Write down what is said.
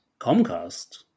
Comcast